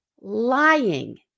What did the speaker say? lying